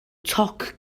toc